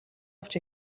авч